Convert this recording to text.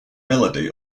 melody